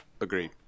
Agreed